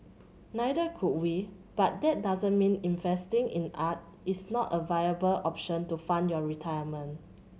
neither could we but that doesn't mean investing in art is not a viable option to fund your retirement